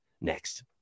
next